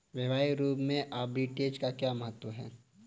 व्यवहारिक रूप में आर्बिट्रेज का क्या महत्व है?